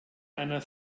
einer